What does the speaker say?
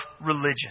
religion